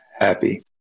happy